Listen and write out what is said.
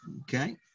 Okay